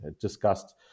discussed